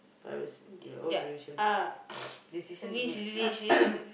privacy your own decision decision to make